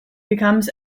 becomes